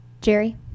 Jerry